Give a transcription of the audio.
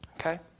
okay